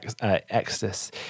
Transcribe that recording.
exodus